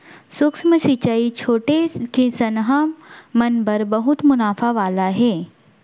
सूक्ष्म सिंचई छोटे किसनहा मन बर बहुत मुनाफा वाला हे